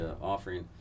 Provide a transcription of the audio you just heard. offering